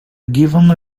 given